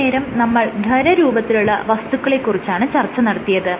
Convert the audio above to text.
ഇത്രയും നേരം നമ്മൾ ഖരരൂപമുള്ള വസ്തുക്കളെ കുറിച്ചാണ് ചർച്ച നടത്തിയത്